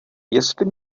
jestli